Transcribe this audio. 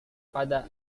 pada